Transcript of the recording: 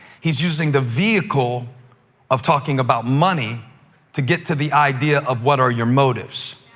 he's using the vehicle of talking about money to get to the idea of what are your motives?